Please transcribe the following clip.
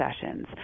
sessions